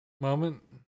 moment